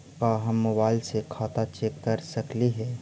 का हम मोबाईल से खाता चेक कर सकली हे?